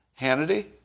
Hannity